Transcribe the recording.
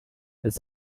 its